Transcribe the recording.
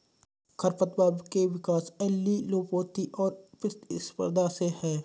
खरपतवारों के विकास एलीलोपैथी और प्रतिस्पर्धा से है